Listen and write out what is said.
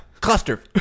cluster